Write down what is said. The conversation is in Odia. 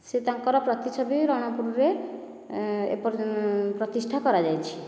ସେ ତାଙ୍କର ପ୍ରତିଛବି ରଣପୁରରେ ପ୍ରତିଷ୍ଠା କରାଯାଇଛି